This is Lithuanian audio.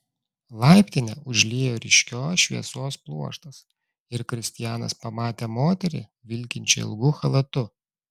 laiptinę užliejo ryškios šviesos pluoštas ir kristianas pamatė moterį vilkinčią ilgu chalatu